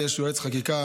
יש יועץ חקיקה,